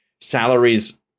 Salaries